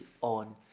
on